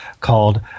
called